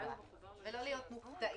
ולא להיות מופתעים.